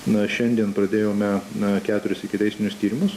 na šiandien pradėjome keturis ikiteisminius tyrimus